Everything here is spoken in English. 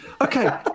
Okay